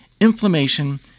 inflammation